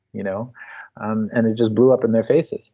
you know um and it just blew up in their faces